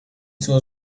suo